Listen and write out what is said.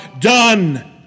done